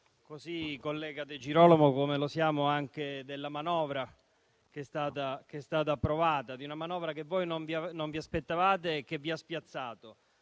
collega Di Girolamo, così come lo siamo della manovra che è stata approvata. Una manovra che non vi aspettavate e che vi ha spiazzato: